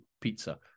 pizza